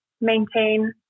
maintain